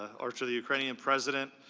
ah or to the ukrainian president,